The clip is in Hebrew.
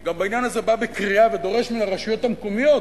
גם בעניין הזה בא בקריאה ודורש מהרשויות המקומיות,